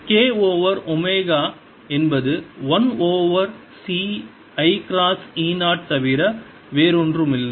k over omega என்பது 1 over c i cross E 0 ஐத் தவிர வேறொன்றுமில்லை